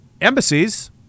embassies